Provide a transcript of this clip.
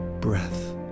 breath